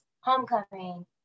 homecoming